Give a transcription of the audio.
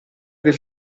del